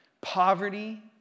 poverty